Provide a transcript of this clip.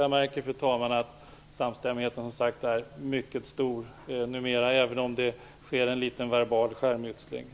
Jag märker, fru talman, att samstämmigheten här är mycket stor numera, även om det förekommer en liten verbal skärmytsling.